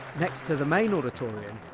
next to the main auditorium,